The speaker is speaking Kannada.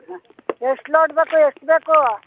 ಹಾಂ ಎಷ್ಟು ಲೋಡ್ ಬೇಕು ಎಷ್ಟು ಬೇಕು